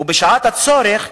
ובשעת הצורך,